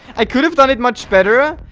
i could have done it much better,